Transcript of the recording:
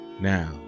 now